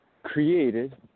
created